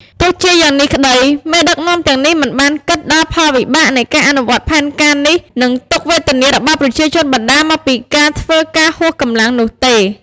ទោះជាយ៉ាងនេះក្តី មេដឹកនាំទាំងនេះមិនបានគិត ដល់ផលវិបាកនៃការអនុវត្តផែនការនេះ និងទុក្ខវេទនារបស់ប្រជាជនបណ្តាលមកពីការធ្វើការហួសកម្លាំងនោះទេ។